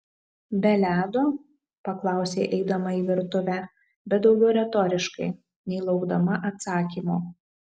be ledo paklausė eidama į virtuvę bet daugiau retoriškai nei laukdama atsakymo